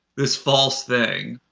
this false thing,